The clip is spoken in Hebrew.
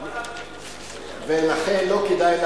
גם אנחנו.